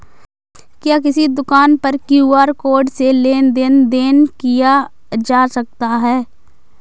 क्या किसी दुकान पर क्यू.आर कोड से लेन देन देन किया जा सकता है?